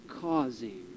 causing